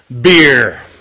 beer